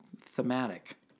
thematic